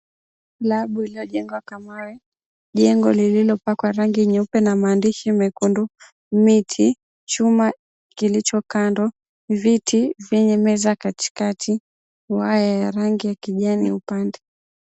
Slabu iliyojengwa kwa mawe, jengo lililopakwa rangi nyeupe na maandishi mekundu, miti, chuma kilicho kando, viti vyenye meza katikati, waya ya rangi ya kijani upande.